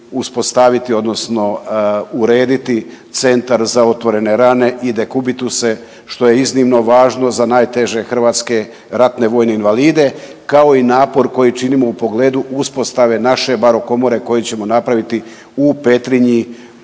uspostaviti, odnosno urediti centar za otvorene rane i dekubituse što je iznimno važno za najteže hrvatske ratne vojne invalide kao i napor koji činimo u pogledu uspostave naše baro komore koju ćemo napraviti u Petrinji